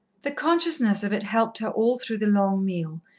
the consciousness of it helped her all through the long meal,